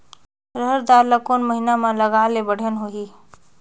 रहर दाल ला कोन महीना म लगाले बढ़िया होही?